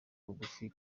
bugufi